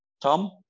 Tom